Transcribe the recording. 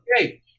Okay